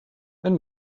wenn